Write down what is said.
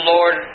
Lord